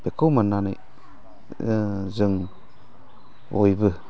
बेखौ मोननानै जों बयबो